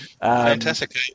Fantastic